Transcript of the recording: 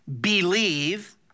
Believe